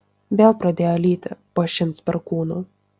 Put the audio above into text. vėl pradėjo lyti po šimts perkūnų